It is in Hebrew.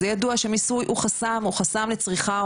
זה ידוע שמיסוי הוא חסם לצריכה,